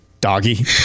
Doggy